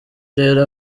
rero